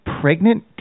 pregnant